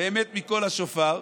באמת מקול השופר,